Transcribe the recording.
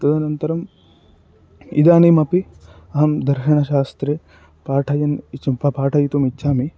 तदनन्तरम् इदानीम् अपि अहं दर्शनशास्त्रे पाठयन् इचुं फा पाठयितुम् इच्छामि